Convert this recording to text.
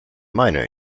minor